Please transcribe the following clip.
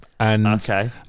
Okay